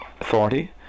authority